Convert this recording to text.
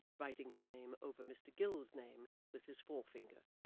writing his name over mr gills's name with his forefinger.